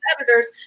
editors